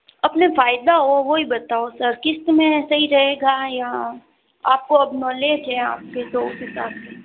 अपने फायदा हो वो ही बताओ सर क़िस्त में सही रहेगा या आपको अब नॉलेज है आपके तो उस हिसाब से